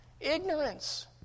ignorance